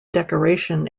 decoration